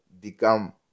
become